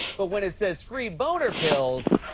but when it says, free boner pills.